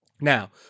Now